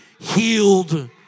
healed